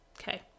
Okay